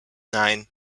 nine